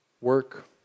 work